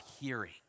hearing